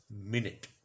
minute